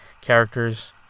characters